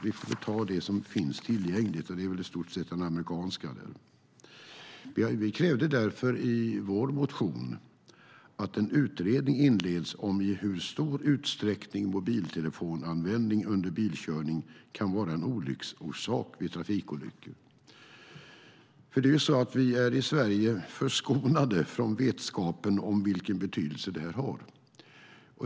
Vi får ta det som finns tillgängligt, och det är väl i stort sett den amerikanska statistiken. Vi krävde därför i vår motion att en utredning inleds om i hur stor utsträckning mobiltelefonanvändning under bilkörning kan vara en olycksorsak vid trafikolyckor. Vi är här i Sverige förskonade från vetskapen om vilken betydelse det här har.